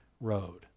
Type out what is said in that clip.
road